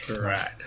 right